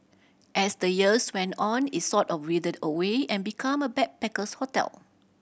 as the years went on it sort of withered away and become a backpacker's hotel